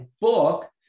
book